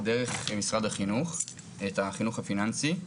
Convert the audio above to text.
דרך משרד החינוך את החינוך הפיננסי.